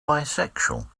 bisexual